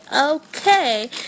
okay